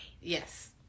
Yes